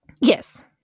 Yes